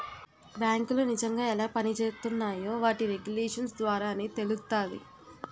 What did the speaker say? బేంకులు నిజంగా ఎలా పనిజేత్తున్నాయో వాటి రెగ్యులేషన్స్ ద్వారానే తెలుత్తాది